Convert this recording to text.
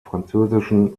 französischen